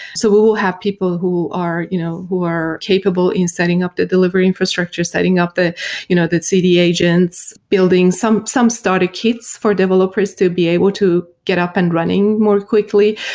so we will have people who are you know who are capable in setting up the delivery infrastructure, setting up the you know the cd agents, building some some startup kits for developers to be able to get up and running more quickly,